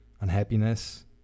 Unhappiness